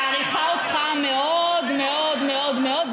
אני מעריכה אותך מאוד מאוד מאוד מאוד.